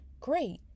Great